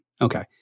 Okay